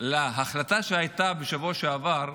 להחלטה שהייתה בשבוע שעבר,